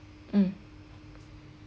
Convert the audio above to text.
mm